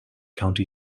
county